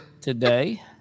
today